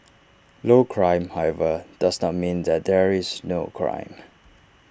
low crime however does not mean that there is no crime